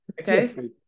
okay